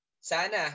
sana